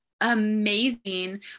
amazing